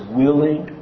willing